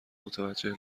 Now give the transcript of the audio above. متوجه